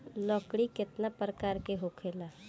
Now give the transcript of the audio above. लकड़ी केतना परकार के होखेला